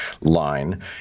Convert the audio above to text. line